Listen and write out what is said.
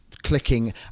Clicking